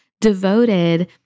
devoted